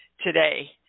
today